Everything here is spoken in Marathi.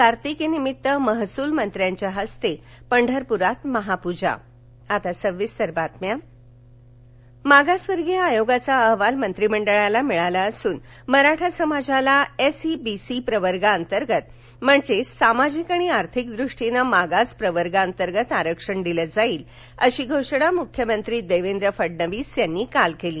कार्तिकी निमित्त महसूलमंत्र्यांच्याहस्ते पंढरपूरात महापूजा हिवाळी अधिवेशन मागासवर्गीय आयोगाचा अहवाल मंत्रिमंडळाला मिळाला असून मराठा समाजाला एसईबीसी प्रवर्गाअंतर्गत म्हणजेच सामाजिक आणि आर्थिक दृष्टीने मागास प्रवर्गातंगत आरक्षण दिलं जाईल अशी घोषणा मुख्यमंत्री देवेंद्र फडणवीस यांनी काल केली